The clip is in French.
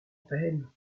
peine